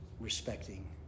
respecting